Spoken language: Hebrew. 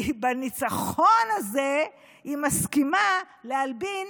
כי בניצחון הזה היא מסכימה להלבין